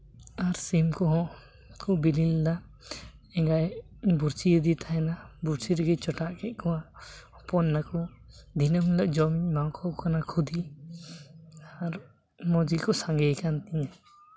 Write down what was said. ᱟᱨ ᱥᱤᱢ ᱠᱚᱦᱚᱸ ᱠᱚ ᱵᱤᱞᱤ ᱞᱮᱫᱟ ᱮᱸᱜᱟᱭ ᱵᱩᱨᱥᱤᱭᱟᱫᱮ ᱛᱟᱦᱮᱱᱟ ᱵᱩᱨᱥᱤ ᱨᱮᱜᱮᱭ ᱪᱚᱴᱟᱜ ᱠᱮᱜ ᱠᱚᱣᱟ ᱦᱚᱯᱚᱱ ᱱᱟᱠᱚ ᱫᱤᱱᱟᱹᱢ ᱦᱤᱞᱳᱜ ᱡᱚᱢ ᱤᱧ ᱮᱢᱟᱣ ᱠᱚ ᱠᱟᱱᱟ ᱠᱷᱚᱸᱫᱮ ᱟᱨ ᱢᱚᱡᱽ ᱜᱮᱠᱚ ᱥᱟᱸᱜᱮᱭᱠᱟᱱ ᱛᱤᱧᱟ